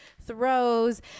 throws